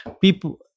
people